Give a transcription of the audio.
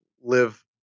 live